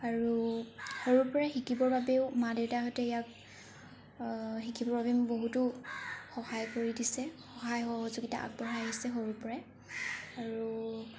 আৰু সৰুৰ পৰা শিকিবৰ বাবেও মা দেতাহঁতে ইয়াক শিকিবৰ বাবে বহুতো সহায় কৰি দিছে সহায় সহযোগীতা আগবঢ়াই আহিছে সৰুৰ পৰাই আৰু